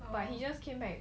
but he just came back